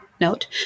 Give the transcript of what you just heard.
note